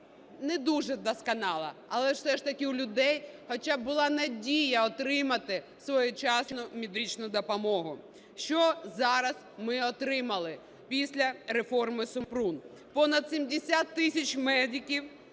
не дуже досконало, але все ж таки у людей хоча б була надія отримати своєчасну медичну допомогу. Що зараз ми отримали після реформи Супрун? Понад 70 тисяч медиків